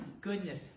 goodness